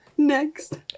Next